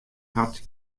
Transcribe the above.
hat